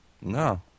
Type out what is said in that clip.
No